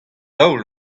daol